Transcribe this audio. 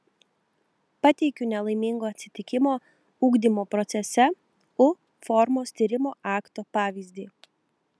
pateikiu nelaimingo atsitikimo ugdymo procese u formos tyrimo akto pavyzdį